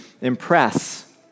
impress